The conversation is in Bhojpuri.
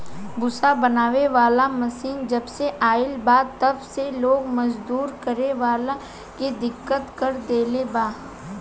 भूसा बनावे वाला मशीन जबसे आईल बा तब से लोग मजदूरी करे वाला के दिक्कत कर देले बा